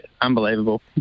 unbelievable